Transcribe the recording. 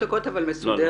חמש דקות אבל מסודרת.